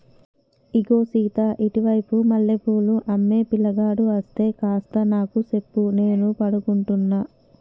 ఇగో సీత ఇటు వైపు మల్లె పూలు అమ్మే పిలగాడు అస్తే కాస్త నాకు సెప్పు నేను పడుకుంటున్న